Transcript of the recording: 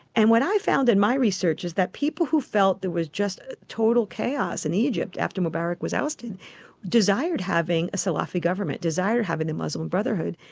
and what i found in my research is that people who felt there was just ah total chaos in egypt after mubarak was ousted desired having a salafi government, desired having the muslim brotherhood,